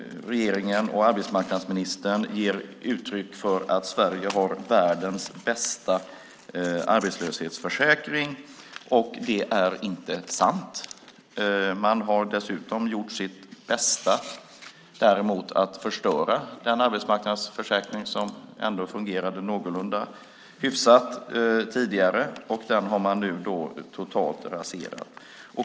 Regeringen och arbetsmarknadsministern ger uttryck för att Sverige har världens bästa arbetslöshetsförsäkring, och det är inte sant. Man har dessutom gjort sitt bästa att förstöra den arbetslöshetsförsäkring som ändå fungerade någorlunda hyfsat tidigare. Den har man nu totalt raserat.